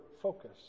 focus